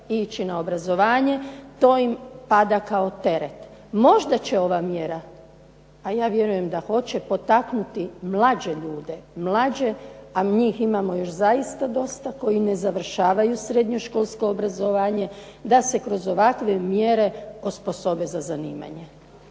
ići na obrazovanje. To im pada kao teret. Možda će ova mjera a ja vjerujem da hoće potaknuti mlađe ljude, mlađe a mi ih imamo još zaista dosta koji ne završavaju srednjoškolsko obrazovanje, da se kroz ovakve mjere osposobe za zanimanje.